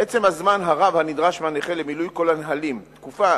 עצם הזמן הרב הנדרש מהנכה למילוי כל הנהלים, תקופה